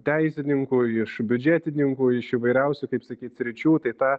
teisininkų iš biudžetininkų iš įvairiausių taip sakyt sričių tai tą